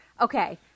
Okay